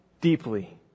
deeply